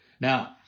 Now